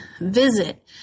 visit